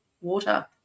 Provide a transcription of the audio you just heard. water